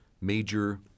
major